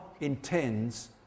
intends